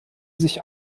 sich